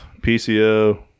PCO